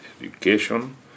education